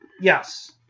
Yes